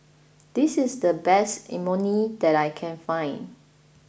this is the best Imoni that I can find